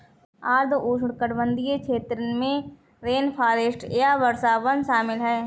आर्द्र उष्णकटिबंधीय क्षेत्र में रेनफॉरेस्ट या वर्षावन शामिल हैं